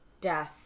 death